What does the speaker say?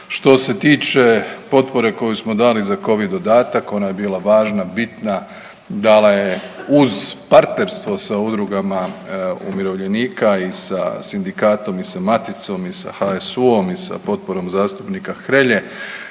Što se tiče potpore koju smo dali za Covid dodatak ona je bila važna, bitna dala je uz partnerstvo sa udrugama umirovljenika i sa sindikatom i sa maticom i sa HSU-om i potporom zastupnika Hrelje